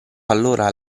allora